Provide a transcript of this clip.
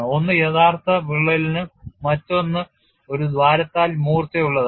ഒന്ന് യഥാർത്ഥ വിള്ളലിന് മറ്റൊന്ന് ഒരു ദ്വാരത്താൽ മൂർച്ചയുള്ളതാണ്